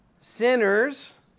Sinners